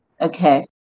Okay